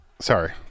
sorry